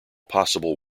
possible